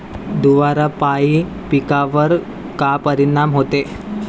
धुवारापाई पिकावर का परीनाम होते?